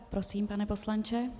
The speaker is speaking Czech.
Prosím, pane poslanče.